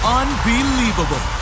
unbelievable